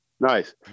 Nice